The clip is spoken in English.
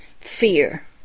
Fear